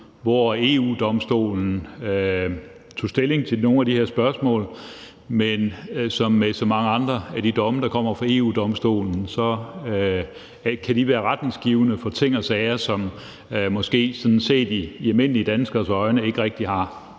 hvor EU-Domstolen tog stilling til nogle af de her spørgsmål, men som med så mange andre af de domme, der kommer fra EU-Domstolen, kan de være retningsgivende for ting og sager, som set med almindelige danskeres øjne måske sådan